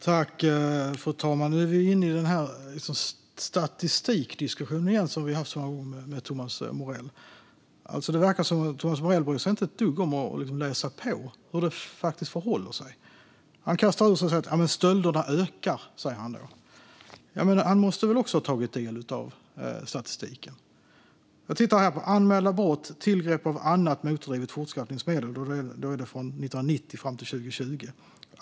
Fru talman! Nu är vi inne i den statistikdiskussion igen som jag har haft så många gånger med Thomas Morell. Det verkar som att Thomas Morell inte bryr sig ett dugg om att läsa på om hur det faktiskt förhåller sig. Han kastar ur sig att stölderna ökar. Men han måste väl också ha tagit del av statistiken? Jag tittar här på vad som gäller för anmälda brott rörande tillgrepp av annat motordrivet fortskaffningsmedel från 1990 fram till 2020.